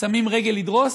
שמים רגל לדרוס,